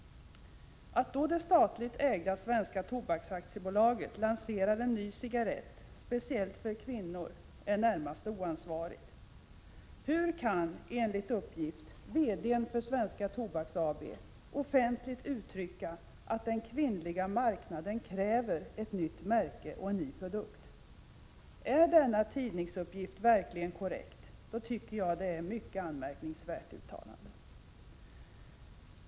Att då det statligt ägda Svenska Tobaks AB lanserar en ny cigarett speciellt för kvinnor är närmast oansvarigt. Hur kan, enligt uppgift, VD:n för Svenska Tobaks AB offentligt uttrycka att ”den kvinnliga marknaden kräver ett nytt märke och en ny produkt”? Är denna tidningsuppgift verkligen korrekt, tycker jag att det är ett mycket anmärkningsvärt uttalande.